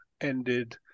ended